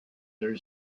their